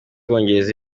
bwongereza